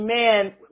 Amen